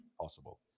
possible